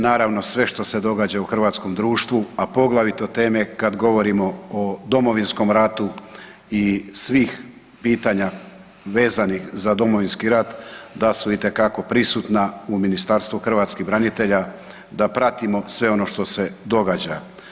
Naravno, sve što se događa u hrvatskom društvu a poglavito teme kad govorimo o Domovinskom ratu i svih pitanja vezanih za Domovinski rat, da su itekako prisutna u Ministarstvu hrvatskih branitelja, da pratimo sve ono što se događa.